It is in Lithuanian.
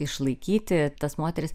išlaikyti tas moteris